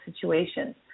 situations